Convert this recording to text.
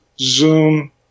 Zoom